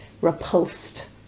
repulsed